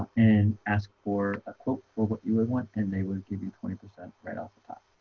and ask for a quote for what you would want and they would give you twenty percent right off the top